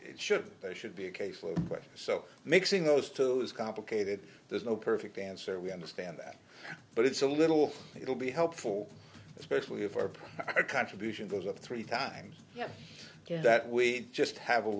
it should they should be a case of it so mixing those two is complicated there's no perfect answer we understand that but it's a little it will be helpful especially if our contribution goes up three times you know that we just have a